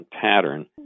pattern